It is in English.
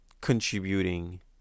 contributing